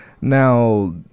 Now